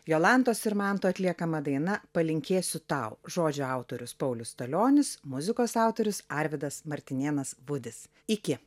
jolantos ir manto atliekama daina palinkėsiu tau žodžiųautorius paulius stalionis muzikos autorius arvydas martinėnas vudis iki